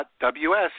.ws